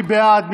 מי בעד?